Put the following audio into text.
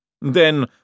Then